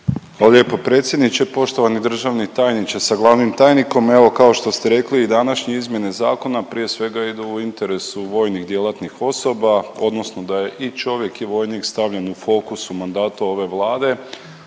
Hvala lijepo predsjedniče. Poštovani državni tajniče sa glavnim tajnikom, evo kao što ste rekli i današnje izmjene zakona prije svega idu u interesu vojnih djelatnih osoba, odnosno da je i čovjek i vojnik stavljen u fokusu mandata ove Vlade.